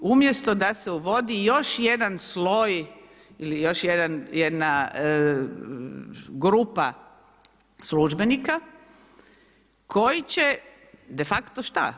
Umjesto da se uvodi još jedan sloj ili još jedna grupa službenika koji će de facto, šta?